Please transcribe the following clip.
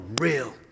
real